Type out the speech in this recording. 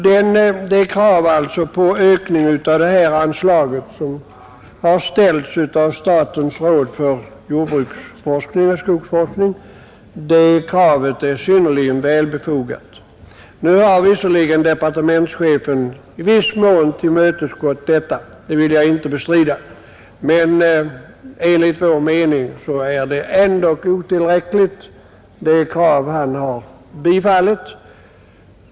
Det krav på ökning av det här anslaget som har ställts av statens råd för skogsoch jordbruksforskning är synnerligen välbefogat. Visserligen har departementschefen i viss mån tillmötesgått detta krav — det vill jag inte bestrida — men enligt vår mening är det belopp Kungl. Maj:t vill anvisa ändå otillräckligt.